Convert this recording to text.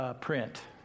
Print